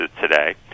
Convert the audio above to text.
today